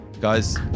Guys